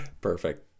Perfect